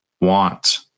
want